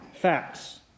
Facts